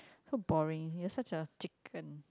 so boring you're such a chicken